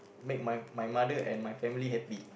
make my my mother and my family happy